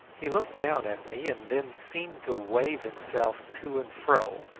he looked down at me and then seemed to wave himself to and fro,